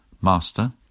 Master